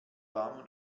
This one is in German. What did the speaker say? warm